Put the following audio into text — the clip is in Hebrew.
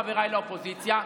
חבריי לאופוזיציה,